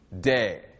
day